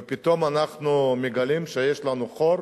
ופתאום אנחנו מגלים שיש לנו חור,